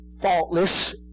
faultless